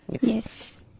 Yes